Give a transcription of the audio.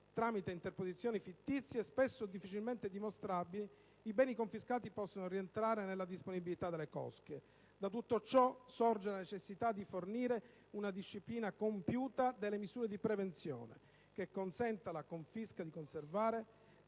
tramite interposizioni fittizie, spesso difficilmente dimostrabili, i beni confiscati possano rientrare nella disponibilità delle cosche. Da tutto ciò sorge la necessità di fornire una disciplina compiuta delle misure di prevenzione, che consenta alla confisca di conservare,